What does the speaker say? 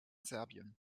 serbien